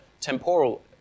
temporal